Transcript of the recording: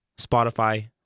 Spotify